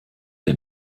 der